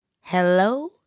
Hello